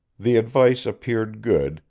the advice appeared good,